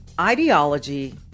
Ideology